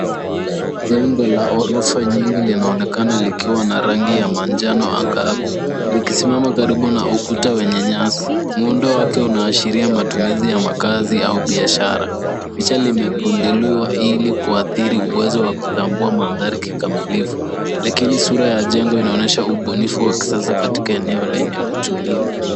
Jengo la ghorofa nyingi linaonekana likiwa na rangi ya manjano ang'avu, likisimama karibu na ukuta wenye nyasi. Muundo wake unaashiria matumizi ya makazi au biashara. Picha limepunduliwa ili kuadhiri uwezo wa kutambua mandhari kikamilifu, lakini sura ya jengo inaonyesha ubunifu wa kisasa katika eneo lenye utulivu.